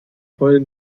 heulen